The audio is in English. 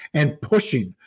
and pushing,